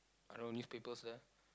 are those newspapers there